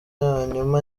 hanyuma